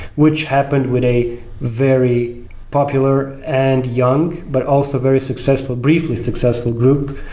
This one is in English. which happened with a very popular and young, but also very successful briefly successful group,